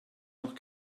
noch